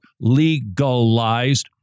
Legalized